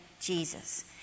Jesus